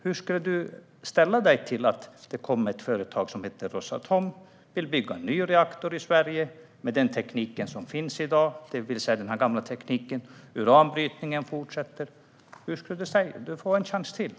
Hur ställer du dig till att det kommer ett företag som heter Rosatom, som vill bygga en ny reaktor i Sverige med den teknik som finns i dag, det vill säga gammal teknik, och att uranbrytningen fortsätter? Du får en chans till.